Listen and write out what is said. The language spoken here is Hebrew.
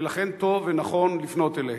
ולכן טוב ונכון לפנות אליהם.